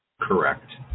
Correct